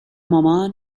مامان